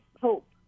hope